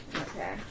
Okay